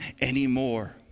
anymore